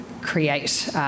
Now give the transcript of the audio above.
create